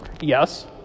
Yes